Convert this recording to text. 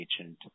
agent